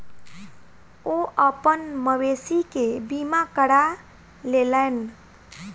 ओ अपन मवेशी के बीमा करा लेलैन